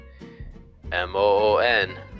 M-O-O-N